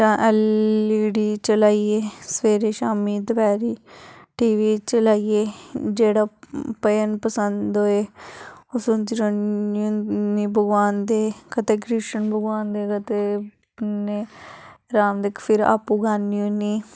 L E D चलाइयै सवेरे शामीं दपैह्री टी वी चलाइयै जेह्ड़ा भजन पसंद होए ओह् सुनदी रौह्न्नी होन्नी भगवान दे कदें कृष्ण भगवान दे ते कदें राम दे फिर आपूं गान्नी होन्नी